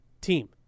team